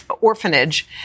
orphanage